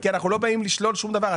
כי אנחנו לא באים לשלול שום דבר.